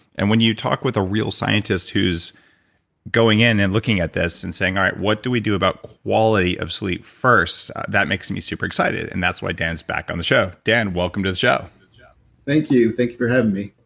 and when you talk with a real scientist who's going in and looking at this, and saying, all right, what do we do about quality of sleep first? that makes me super excited, and that's why dan's back on the show. dan, welcome to the show yeah thank you. thank you for having me